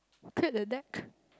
cleared the deck